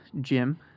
Jim